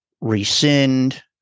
rescind